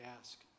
ask